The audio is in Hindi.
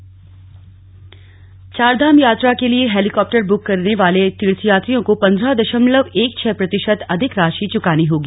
बढ़ोतरी चारधाम यात्रा के लिए हेलीकाप्टर ब्रुक करने वाले तीर्थयात्रियों को पन्द्रह दशमलव एक छह प्रतिशत अधिक राशि चुकानी होगी